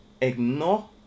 ignore